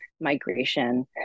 migration